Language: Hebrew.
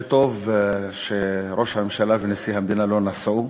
שטוב שראש הממשלה ונשיא המדינה לא נסעו.